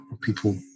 People